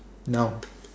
now